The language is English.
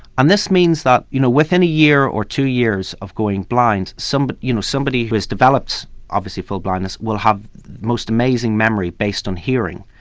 and this means that you know within a year or two years of going blind, somebody you know somebody has developed obviously full blindness, will have the most amazing memory based on hearing,